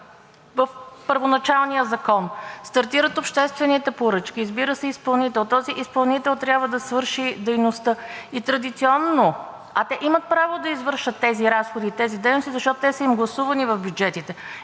в първоначалния закон. Стартират обществените поръчки, избира се изпълнител, този изпълнител трябва да свърши дейността. А те имат право да извършат тези разходи и тези дейности, защото те са им гласувани в бюджетите,